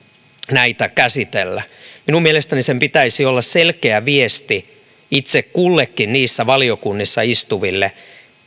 näitä käsitellä minun mielestäni sen pitäisi olla selkeä viesti itse kullekin niissä valiokunnissa istuville